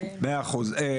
מאה אחוז.